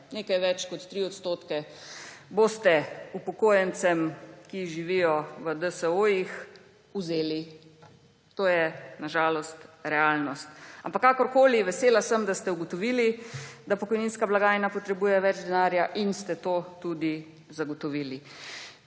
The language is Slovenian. nekaj več kot 3 % boste upokojencem, ki živijo v DSO-jih, vzeli. To je na žalost realnost. Ampak kakorkoli, vesela sem, da ste ugotovili, da pokojninska blagajna potrebuje več denarja, in ste to tudi zagotovili.